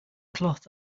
cloth